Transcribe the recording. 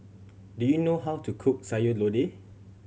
do you know how to cook Sayur Lodeh